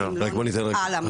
אם לא נפעל בהרבה צעדים.